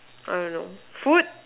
I don't know food